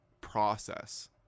process